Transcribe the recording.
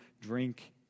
drink